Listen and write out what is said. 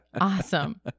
Awesome